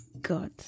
God